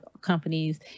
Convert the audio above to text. companies